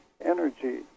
energy